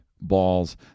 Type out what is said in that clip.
balls